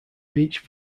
beach